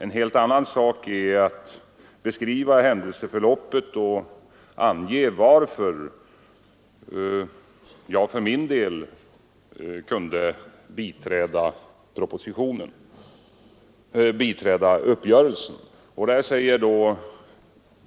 En helt annan sak är emellertid att beskriva händelseförloppet och ange varför jag för min del kunde biträda uppgörelsen.